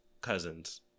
cousins